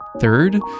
third